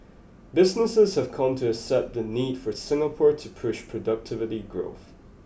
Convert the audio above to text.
businesses have come to accept the need for Singapore to push productivity growth